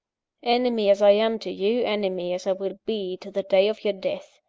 enemy as i am to you, enemy as i will be to the day of your death,